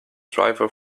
driver